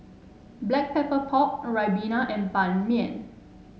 Black Pepper Pork Ribena and Ban Mian